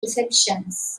receptions